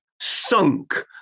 sunk